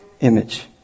image